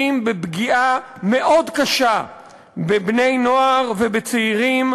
בפגיעה מאוד קשה בבני-נוער ובצעירים,